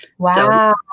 Wow